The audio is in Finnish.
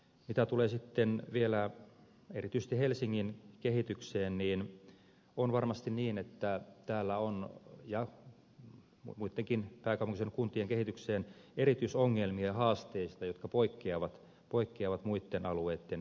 mitä tulee sitten vielä erityisesti helsingin kehitykseen ja muittenkin pääkaupunkiseudun kuntien kehitykseen on varmasti niin että täällä on erityisongelmia haasteista jotka poikkeavat muitten alueitten kehityksestä